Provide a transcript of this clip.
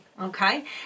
okay